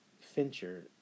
Fincher